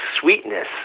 sweetness